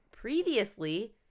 Previously